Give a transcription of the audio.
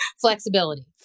flexibility